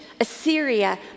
Assyria